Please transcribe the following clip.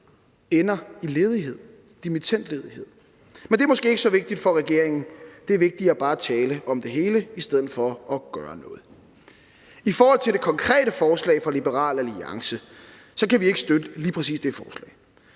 ender i dimittendledighed. Men det er måske ikke så vigtigt for regeringen. Det er vigtigere bare at tale om det hele i stedet for at gøre noget. I forhold til det konkrete forslag fra Liberal Alliance kan vi ikke støtte lige præcis det forslag.